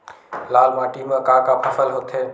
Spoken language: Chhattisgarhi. लाल माटी म का का फसल होथे?